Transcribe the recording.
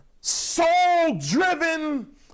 soul-driven